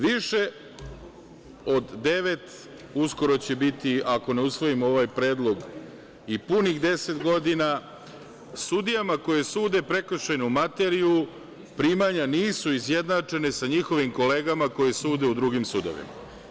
Više od devet, uskoro će biti, ako ne usvojimo ovaj predlog i punih 10 godina, sudijama koji sude prekršajnu materiju, primanja nisu izjednačene sa njihovim kolegama, koji sude u drugim sudovima.